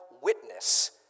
witness